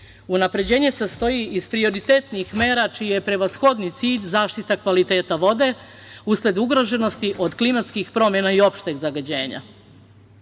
Unapređenje se sastoji iz prioritetnih mera čiji je prevashodni cilj zaštita kvaliteta vode usled ugroženosti od klimatskih promena i opšteg zagađenja.